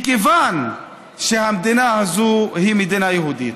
מכיוון שהמדינה הזאת היא מדינה יהודית.